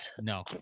No